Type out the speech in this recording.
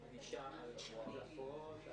לשיעורי בית לבדוק אפשרות של סינון דיגיטלי.